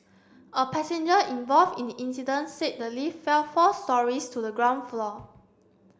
a passenger involved in the incident said the lift fell four storeys to the ground floor